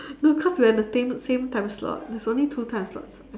no cause we're in the same same time slot there's only two time slots ah